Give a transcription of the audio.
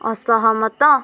ଅସହମତ